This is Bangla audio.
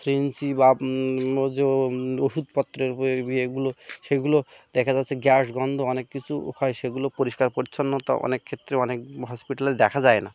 বা ওষুধপত্র এই এগুলো সেগুলো দেখা যাচ্ছে গ্যাস গন্ধ অনেক কিছু হয় সেগুলো পরিষ্কার পরিচ্ছন্নতা অনেক ক্ষেত্রে অনেক হসপিটালে দেখা যায় না